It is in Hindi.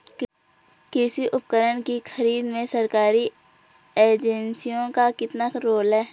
कृषि उपकरण की खरीद में सरकारी एजेंसियों का कितना रोल है?